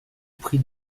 prie